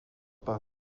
par